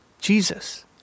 Jesus